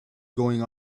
going